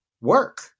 work